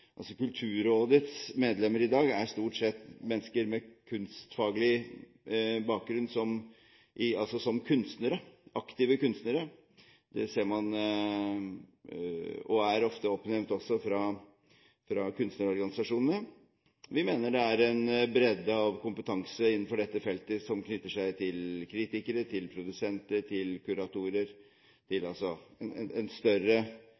Kulturrådets medlemmer i dag er stort sett mennesker med kunstfaglig bakgrunn – aktive kunstnere – og er ofte også oppnevnt fra kunstnerorganisasjonene. Vi mener det er en bredde av kompetanse innenfor dette feltet, som knytter seg til kritikere, produsenter, kuratorer – altså til et større